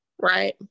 right